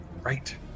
Right